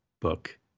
book